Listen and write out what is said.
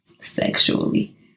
sexually